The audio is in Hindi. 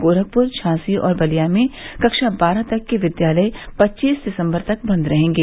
गोरखपुर झांसी और बलिया में कक्षा बारह तक के विद्यालय पच्चीस दिसम्बर तक बंद रहेंगे